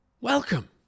Welcome